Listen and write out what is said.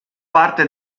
parte